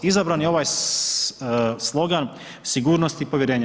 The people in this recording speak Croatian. Izabran je ovaj slogan „Sigurnost i povjerenje“